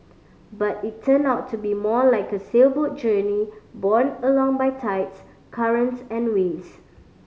but it turned out to be more like a sailboat journey borne along by tides currents and winds